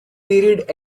period